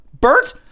Bert